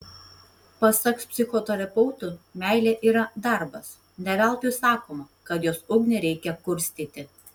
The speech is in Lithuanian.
pasak psichoterapeutų meilė yra darbas ne veltui sakoma kad jos ugnį reikia kurstyti